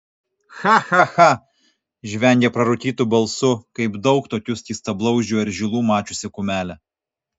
cha cha cha žvengia prarūkytu balsu kaip daug tokių skystablauzdžių eržilų mačiusi kumelė